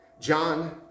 John